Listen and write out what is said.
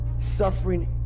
Suffering